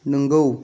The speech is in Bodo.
नोंगौ